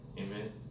Amen